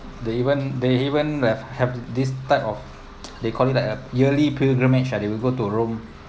they even they even have this type of they call it like a yearly pilgrimage ah they will go to rome